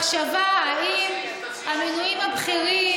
מחשבה, תציעי שינוי, האם המינויים הבכירים,